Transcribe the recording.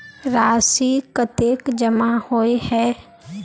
राशि कतेक जमा होय है?